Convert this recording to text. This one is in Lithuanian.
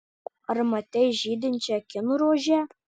ar matei žydinčią kinrožę